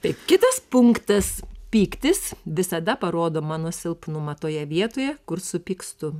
tai kitas punktas pyktis visada parodo mano silpnumą toje vietoje kur supykstu